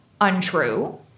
untrue